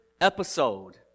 episode